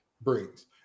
brings